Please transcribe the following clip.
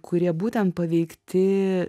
kurie būtent paveikti